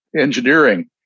engineering